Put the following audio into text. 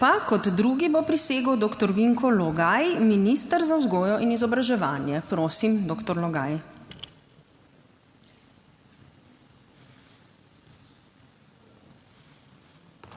Kot drugi bo prisegel doktor Vinko Logaj, minister za vzgojo in izobraževanje. Prosim, doktor Logaj.